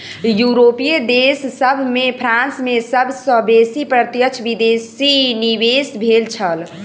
यूरोपीय देश सभ में फ्रांस में सब सॅ बेसी प्रत्यक्ष विदेशी निवेश भेल छल